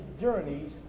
journeys